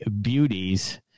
beauties